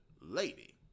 lady